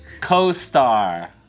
co-star